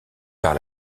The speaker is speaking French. par